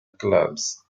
clubs